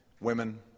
women